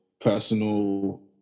personal